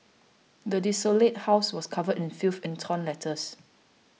the desolated house was covered in filth and torn letters